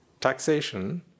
Taxation